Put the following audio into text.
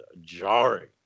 jarring